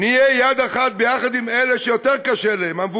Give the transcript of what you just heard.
נהיה יד אחת ביחד עם אלה שיותר קשה להם, המבוגרים,